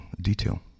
detail